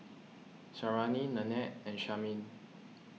Sarahi Nannette and Carmine